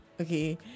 okay